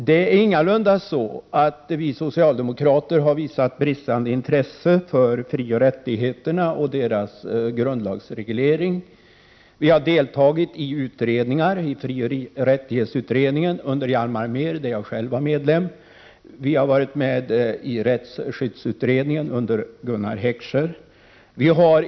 Det är ingalunda så att vi socialdemokrater har visat bristande intresse för frioch rättigheterna och för grundlagsregleringen av dessa. Vi har deltagit i olika utredningar. Jag var själv ledamot av frioch rättighetsutredningen under Hjalmar Mehr, och vi deltog i rättsskyddsutredningen under Gunnar Heckscher.